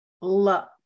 love